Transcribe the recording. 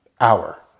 hour